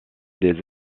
des